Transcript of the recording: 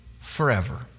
forever